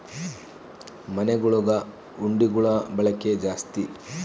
ಮನೆಗುಳಗ ಹುಂಡಿಗುಳ ಬಳಕೆ ಜಾಸ್ತಿ